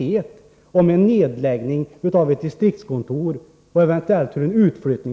Det gäller ju ändå en nedläggning av ett distriktskontor och en eventuell utflyttning.